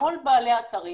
כל בעלי אתרים